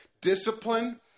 Discipline